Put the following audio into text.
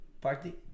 party